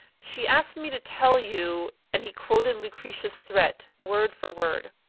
she asked me to tell you and he quoted lucretia's threat, word for word.